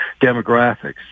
demographics